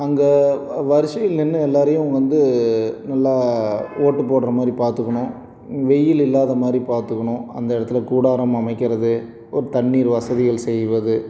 அங்கே வரிசையில் நின்று எல்லோரையும் வந்து நல்லா ஓட்டு போடுறமாரி பார்த்துக்கணும் வெயில் இல்லாத மாதிரி பார்த்துக்கணும் அந்த இடத்துல கூடாரம் அமைக்கிறது ஒரு தண்ணீர் வசதிகள் செய்வது